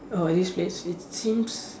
oh this place it seems